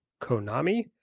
Konami